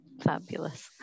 fabulous